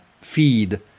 feed